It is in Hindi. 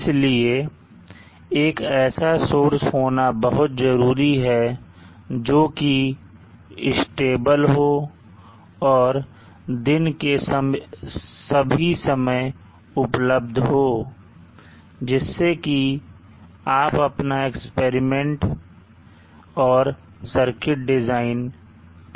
इसलिए एक ऐसा सोर्स का होना बहुत जरूरी है जोकि स्थिर हो और दिन के सभी समय उपलब्ध हो जिससे कि आप अपना एक्सपेरिमेंट और सर्किट डिज़ाइन कर सकें